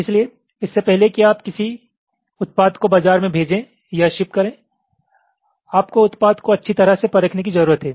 इसलिए इससे पहले कि आप किसी उत्पाद को बाजार में भेजे या शिप करे आपको उत्पाद को अच्छी तरह से परखने की जरूरत है